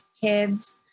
kids